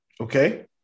Okay